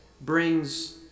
brings